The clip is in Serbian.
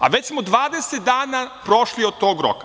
A već smo 20 dana prošli od tog roka.